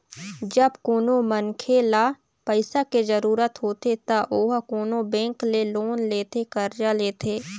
जब कोनो मनखे ल पइसा के जरुरत होथे त ओहा कोनो बेंक ले लोन लेथे करजा लेथे